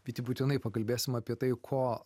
vyti būtinai pakalbėsim apie tai ko